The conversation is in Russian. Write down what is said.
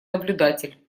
наблюдатель